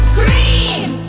Scream